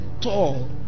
Tall